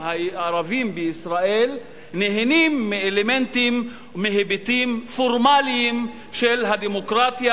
הערבים בישראל נהנים מאלמנטים ומהיבטים פורמליים של הדמוקרטיה,